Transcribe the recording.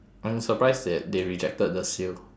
I'm surprised they they rejected the seal